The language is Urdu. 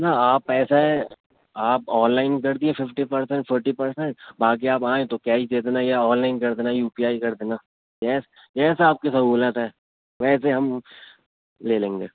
نا آپ ایسے آپ آن لائن کر دیے ففٹی پرسینٹ فورٹی پرسینٹ باقی آپ آئیں تو کیش دے دینا یا آن لائن کر دینا یو پی آئی کر دینا ی یہیسا آپ کی سہولت ہے ویسے ہم لے لیں گے